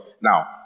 Now